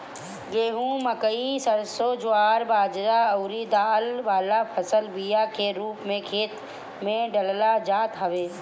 गेंहू, मकई, सरसों, ज्वार बजरा अउरी दाल वाला फसल बिया के रूप में खेते में डालल जात हवे